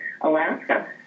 Alaska